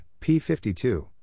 P52